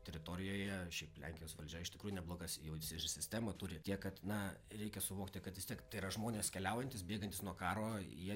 teritorijoje šiaip lenkijos valdžia iš tikrųjų neblogas jau ir sistemą turi tiek kad na reikia suvokti kad vis tiek tai yra žmonės keliaujantys bėgantys nuo karo jie